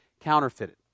counterfeited